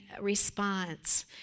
response